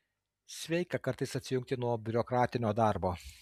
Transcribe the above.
sveika kartais atsijungti nuo biurokratinio darbo